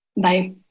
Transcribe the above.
Bye